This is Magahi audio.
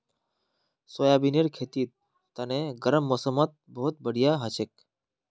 सोयाबीनेर खेतीर तने गर्म मौसमत बहुत बढ़िया हछेक